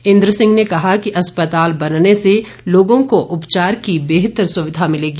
इंद्र सिंह ने कहा कि अस्पताल बनने से लोगों को उपचार की बेहतर सुविधा मिलेगी